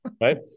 Right